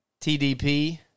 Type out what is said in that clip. TDP